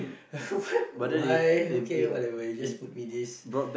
but why okay whatever you just put me this